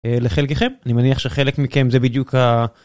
לחלקכם, אני מניח שחלק מכם זה בדיוק ה...